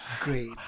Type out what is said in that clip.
great